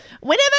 whenever